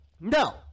No